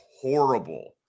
horrible